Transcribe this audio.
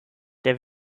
der